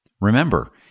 Remember